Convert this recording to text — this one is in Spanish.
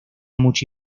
mucha